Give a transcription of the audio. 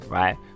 right